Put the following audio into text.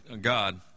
God